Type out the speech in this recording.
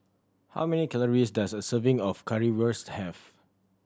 how many calories does a serving of Currywurst have